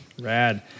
Rad